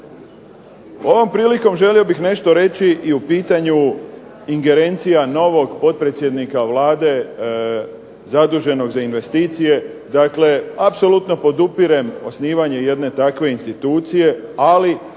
Ovom prilikom želio bih nešto reći i o pitanju ingerencija novog potpredsjednika Vlade zaduženog za investicije. Dakle, apsolutno podupirem osnivanje jedne takve institucije ali